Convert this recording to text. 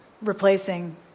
replacing